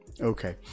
Okay